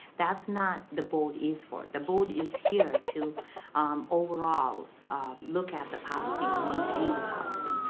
that's not the board is for. the board is here to overall look at the policy and maintain the policy.